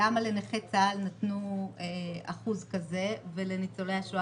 למה לנכי צה"ל נתנו אחוז כזה ולניצולי השואה